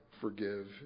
forgive